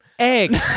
Eggs